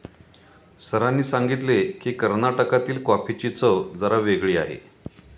सरांनी सांगितले की, कर्नाटकातील कॉफीची चव जरा वेगळी आहे